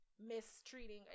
mistreating